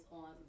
on